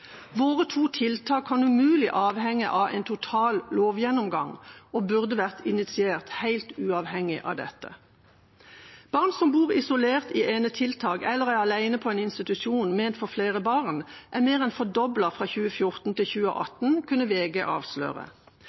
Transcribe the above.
Våre to tiltak kan umulig avhenge av en total lovgjennomgang, og burde vært initiert helt uavhengig av dette. Antallet barn som bor isolert i enetiltak, eller som er alene på en institusjon ment for flere barn, er mer enn fordoblet fra 2014 til 2018, kunne VG avsløre.